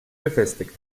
befestigt